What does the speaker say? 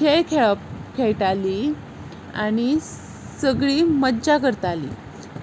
खेळ खेळप खेयटालीं आनी सगळीं मज्जा करतालीं